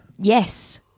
Yes